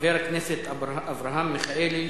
חבר הכנסת אברהם מיכאלי,